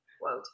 quote